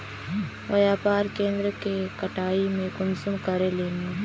व्यापार केन्द्र के कटाई में कुंसम करे लेमु?